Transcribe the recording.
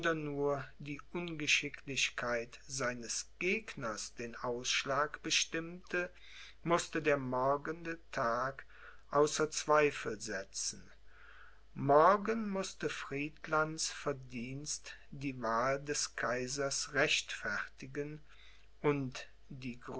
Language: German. nur die ungeschicklichkeit seines gegners den ausschlag bestimmte mußte der morgende tag außer zweifel setzen morgen mußte friedlands verdienst die wahl des kaisers rechtfertigen und